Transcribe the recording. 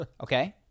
Okay